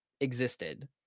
existed